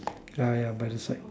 yeah by the side